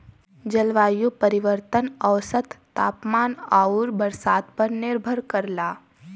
जलवायु परिवर्तन औसत तापमान आउर बरसात पर निर्भर करला